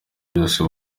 byose